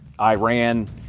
Iran